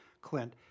Clint